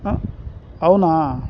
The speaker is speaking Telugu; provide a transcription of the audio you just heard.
అవునా